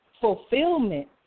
fulfillment